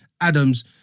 Adams